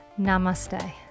Namaste